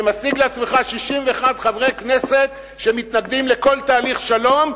ומשיג לעצמך 61 חברי כנסת שמתנגדים לכל תהליך שלום,